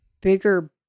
bigger